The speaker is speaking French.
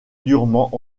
durement